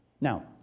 Now